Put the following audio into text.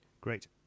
Great